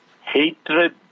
hatred